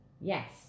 Yes